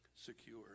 secure